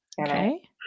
okay